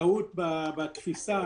טעות בתפיסה.